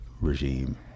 regime